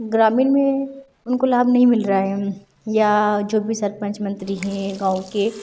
ग्रामीण में उनको लाभ नहीं मिल रहा है या जो भी सरपंच मंत्री हैं गाँव के